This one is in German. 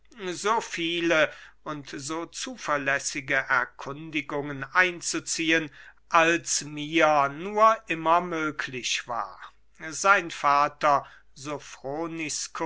so viele und so zuverlässige erkundigungen einzuziehen als mir nur immer möglich war sein vater